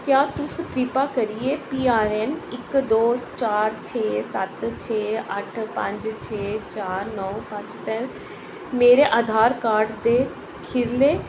क्या तुस कृपा करियै पी आर ए एन इक दौ चार छे सत्त छे अट्ठ पंज छे चार नौ पंज त्रै मेरे आधार कार्ड दे खीरले